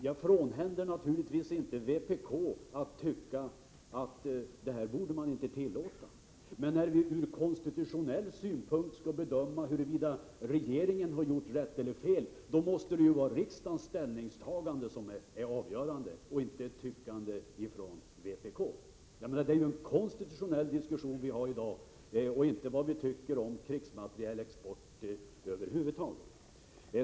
Jag frånhänder naturligtvis inte vpk att tycka att det här borde man inte tillåta, men när vi ur konstitutionell synpunkt skall bedöma huruvida regeringen har gjort rätt eller fel, måste ju riksdagens ställningstagande vara avgörande och inte ett tyckande från vpk. Det är den konstitutionella frågan vi diskuterar i dag och inte vad vi tycker om krigsmaterielexport över huvud taget.